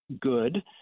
good